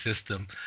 system